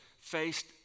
faced